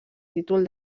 títol